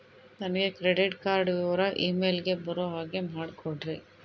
ನನಗೆ credit card ವಿವರ email ಗೆ ಬರೋ ಹಾಗೆ ಮಾಡಿಕೊಡ್ರಿ?